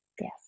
yes